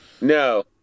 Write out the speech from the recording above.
no